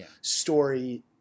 story